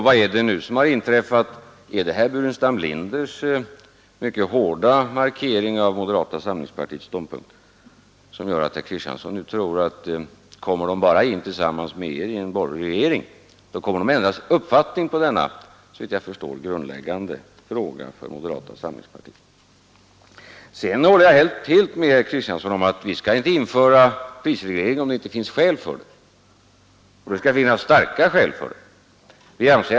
Vad är det nu som har inträffat? Är det herr Burenstam Linders mycket hårda markering av moderata samlingspartiets ståndpunkt som gör att herr Kristiansson nu tror att kommer moderaterna bara in tillsammans med er i en borgerlig regering så kommer de att ändra uppfattning på denna såvitt jag förstår grundläggande fråga för moderata samlingspartiet? Sedan håller jag helt med herr Kristiansson om att vi inte skall införa prisreglering om det inte finns skäl för det — och starka skäl.